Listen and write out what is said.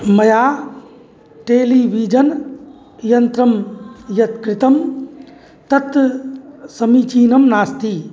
मया टेलीविजन् यन्त्रं यत्क्रीतं तत् समीचीनं नास्ति